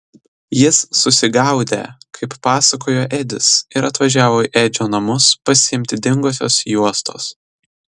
jis susigaudę kaip pasakojo edis ir atvažiavo į edžio namus pasiimti dingusios juostos